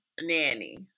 nanny